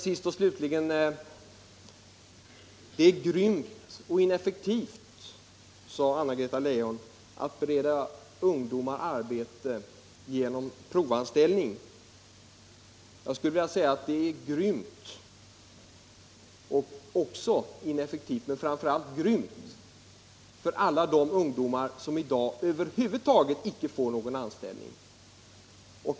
Sist och slutligen: Det är grymt och ineffektivt, sade Anna-Greta Leijon, att bereda ungdomar arbete genom provanställning. Jag skulle vilja säga att det är ineffektivt men framför allt grymt för alla de ungdomar som i dag över huvud taget inte får någon anställning.